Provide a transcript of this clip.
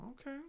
Okay